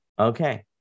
okay